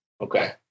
Okay